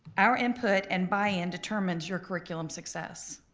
our input and buy in determines your curriculum success.